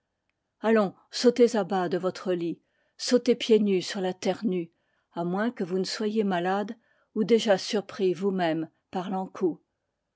allons sautez à bas de votre lit sautez pieds nus sur la terre nue a moins que vous ne soyez malades ou déjà surpris vous-mêmes par